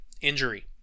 injury